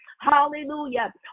hallelujah